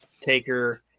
Taker